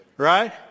Right